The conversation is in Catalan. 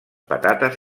patates